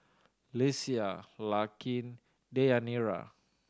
Lesia Larkin Deyanira